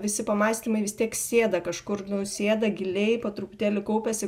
visi pamąstymai vis tiek sėda kažkur nusėda giliai po truputėlį kaupiasi